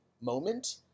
moment